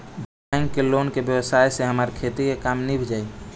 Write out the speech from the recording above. bank के loan के व्यवस्था से हमार खेती के काम नीभ जाई